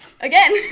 again